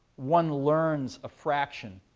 one learns a fraction